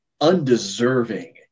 undeserving